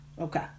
Okay